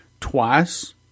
twice